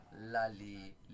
lali